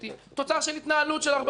תוצר של התנהלות של ארבעים שנה,